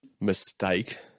mistake